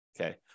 okay